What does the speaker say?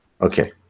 Okay